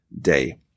day